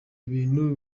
ibintu